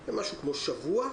זה משהו כמו שבוע,